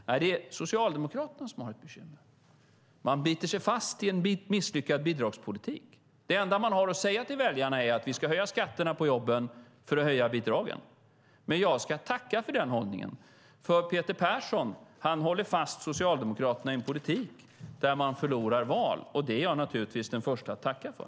Nej, det är Socialdemokraterna som har bekymmer. Man biter sig fast i en misslyckad bidragspolitik. Det enda man har att säga till väljarna är: Vi ska höja skatterna på jobben för att höja bidragen. Men jag ska tacka för den hållningen, för Peter Persson håller fast Socialdemokraterna i en politik där man förlorar val, och det är jag naturligtvis den förste att tacka för.